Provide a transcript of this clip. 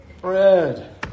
bread